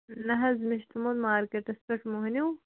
نہ حظ مےٚ چھِ تھوٚمُت مارکیٹَس پیٚٹھ موہنیٛوٗ